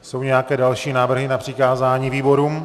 Jsou nějaké další návrhy na přikázání výborům?